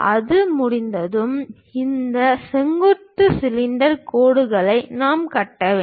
அது முடிந்ததும் இந்த செங்குத்து சிலிண்டர் கோடுகளை நாம் கட்ட வேண்டும்